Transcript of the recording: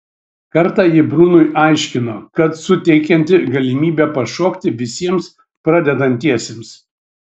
kartą ji brunui aiškino kad suteikianti galimybę pašokti visiems pradedantiesiems